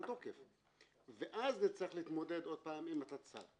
תוקף ואז נצטרך להתמודד עוד פעם עם התצ"ר,